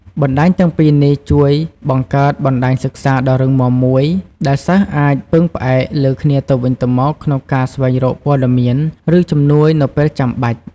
បណ្តាញទាំងនេះជួយបង្កើត បណ្តាញសិក្សា ដ៏រឹងមាំមួយ ដែលសិស្សអាចពឹងផ្អែកលើគ្នាទៅវិញទៅមកក្នុងការស្វែងរកព័ត៌មាន ឬជំនួយនៅពេលចាំបាច់។